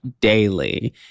daily